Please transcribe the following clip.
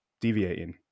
deviating